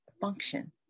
function